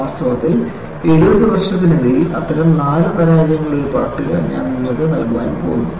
വാസ്തവത്തിൽ70 വർഷത്തിനിടയിൽ അത്തരം 4 പരാജയങ്ങളുടെ ഒരു പട്ടിക ഞാൻ നിങ്ങൾക്ക് നൽകാൻ പോകുന്നു